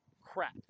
crap